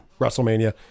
WrestleMania